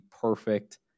perfect